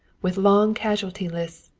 with long casualty lists,